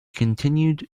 continued